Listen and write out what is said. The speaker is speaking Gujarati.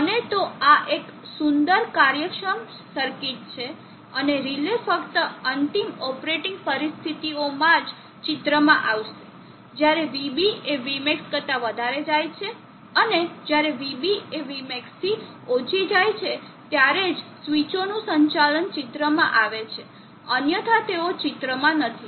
અને તો આ એક સુંદર કાર્યક્ષમ સર્કિટ છે અને રિલે ફક્ત અંતિમ ઓપરેટિંગ પરિસ્થિતિઓમાં જ ચિત્રમાં આવશે જ્યારે vB એ vmax કરતા વધારે જાય છે અને જ્યારે vB એ vmax થી ઓછી જાય છે ત્યારે જ આ સ્વીચોનું સંચાલન ચિત્રમાં આવે છે અન્યથા તેઓ ચિત્રમાં નથી